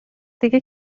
دیگه